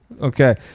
Okay